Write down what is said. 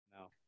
No